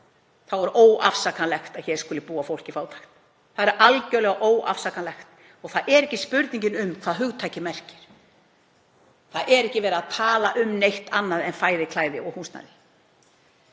er óafsakanlegt að hér skuli fólk búa við fátækt. Það er algerlega óafsakanlegt og það er ekki spurning um hvað hugtakið merkir. Það er ekki verið að tala um neitt annað en fæði, klæði og húsnæði,